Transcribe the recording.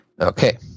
Okay